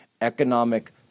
Economic